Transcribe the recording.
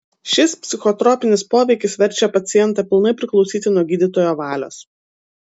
šis psichotropinis poveikis verčia pacientą pilnai priklausyti nuo gydytojo valios